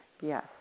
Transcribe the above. Yes